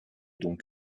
donc